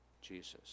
Jesus